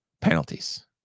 penalties